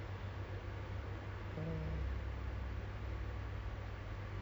when you're not looking or some of them will just follow you back home